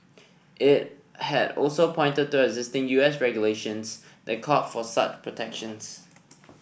it had also pointed to existing U S regulations that call for such protections